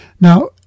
Now